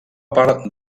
part